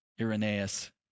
Irenaeus